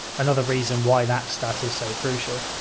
another reason why that stat is so crucial.